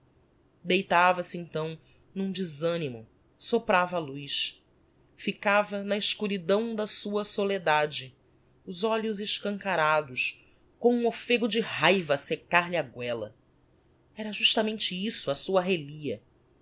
fazer deitava se então n'um desanimo soprava a luz ficava na escuridão da sua soledade os olhos escancarados com um offego de raiva a seccar lhe a guela era justamente isso a sua arrelia